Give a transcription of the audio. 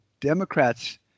Democrats